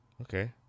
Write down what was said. Okay